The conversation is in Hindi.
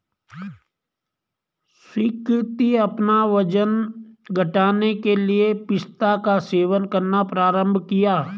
सुकृति अपना वजन घटाने के लिए पिस्ता का सेवन करना प्रारंभ किया